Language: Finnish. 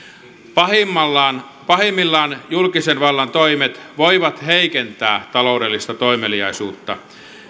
pahimmillaan pahimmillaan julkisen vallan toimet voivat heikentää taloudellista toimeliaisuutta